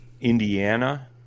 Indiana